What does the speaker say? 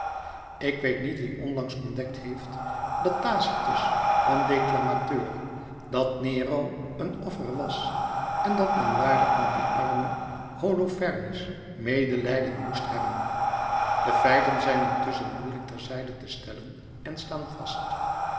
ik weet niet wie onlangs ontdekt heeft dat tacitus een declamateur dat nero een offer was en dat men waarlijk met dien armen holofernus medelijden moest hebben de feiten zijn intusschen moeielijk ter zijde te stellen en staan vast